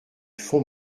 font